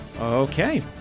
okay